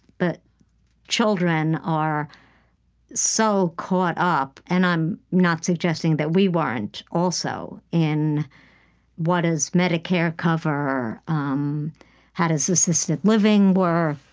but children are so caught up and i'm not suggesting that we weren't also in what does medicare cover, um how does assisted living work,